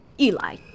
Eli